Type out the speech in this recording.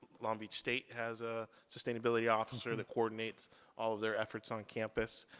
long beach state has a sustainability officer that coordinates all of their efforts on campus.